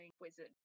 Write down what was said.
wizard